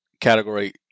category